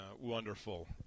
wonderful